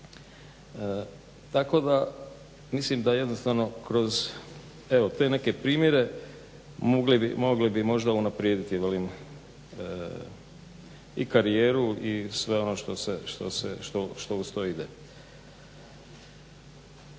Tako da mislim da jednostavno kroz evo te neke primjere mogli bi možda unaprijediti velim i karijeru i sve ono što uz to ide.